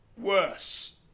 worse